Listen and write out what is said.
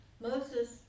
Moses